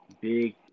big